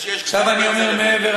יש גבול, עכשיו אני אומר מעבר.